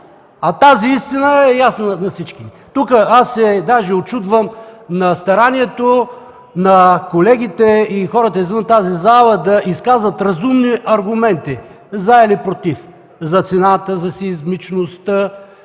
а тази истина е ясна на всички. Аз даже се учудвам на старанието на колегите и хората извън тази зала да изказват разумни аргументи „за” или „против” – за цената, за сеизмичността,